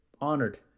honored